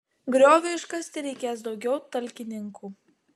grioviui iškasti reikės daugiau talkininkų